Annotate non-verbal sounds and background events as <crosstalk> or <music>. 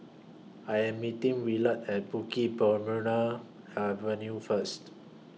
I Am meeting Willard At Bukit <unintelligible> Avenue First